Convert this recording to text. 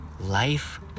life